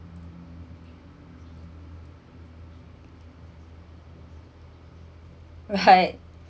right